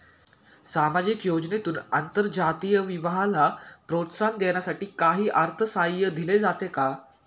सामाजिक योजनेतून आंतरजातीय विवाहाला प्रोत्साहन देण्यासाठी काही अर्थसहाय्य दिले जाते का?